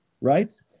right